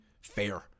fair